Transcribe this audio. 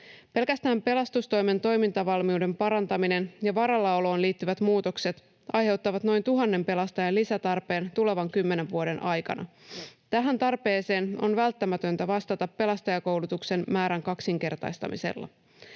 Pelkästään pelastustoimen toimintavalmiuden parantaminen ja varallaoloon liittyvät muutokset aiheuttavat noin tuhannen pelastajan lisätarpeen tulevan kymmenen vuoden aikana. Tähän tarpeeseen on välttämätöntä vastata pelastajakoulutuksen määrän kaksinkertaistamisella.